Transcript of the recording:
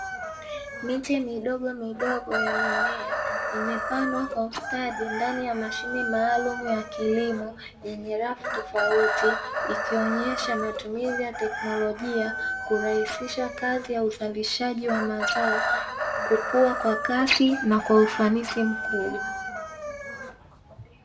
Miche midogomidogo ya mimea imepandwa ndani ya tenga kukuza ufanisi na ukuaji wake